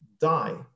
die